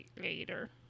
later